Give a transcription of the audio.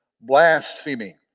blasphemy